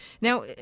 Now